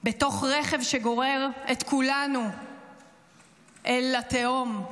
בתוך רכב שגורר את כולנו אל התהום,